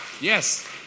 Yes